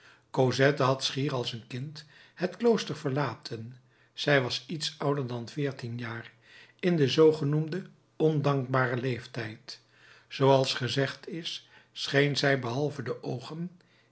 cosette had schier als kind het klooster verlaten zij was iets ouder dan veertien jaar in den zoogenoemden ondankbaren leeftijd zooals gezegd is scheen zij behalve de oogen